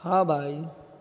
ہاں بھائی